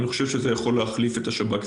זה באמת יכול להחליף את השב"כ.